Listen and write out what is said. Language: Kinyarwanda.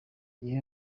gihe